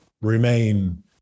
remain